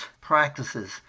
practices